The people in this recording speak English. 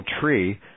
tree